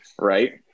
Right